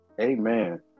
amen